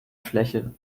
fläche